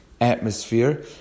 atmosphere